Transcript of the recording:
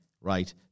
Right